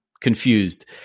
Confused